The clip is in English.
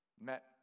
Met